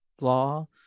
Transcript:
law